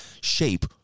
shape